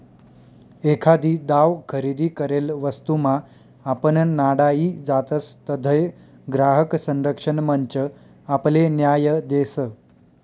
एखादी दाव खरेदी करेल वस्तूमा आपण नाडाई जातसं तधय ग्राहक संरक्षण मंच आपले न्याय देस